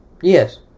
yes